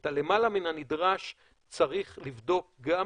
את הלמעלה מן הנדרש צריך לבדוק גם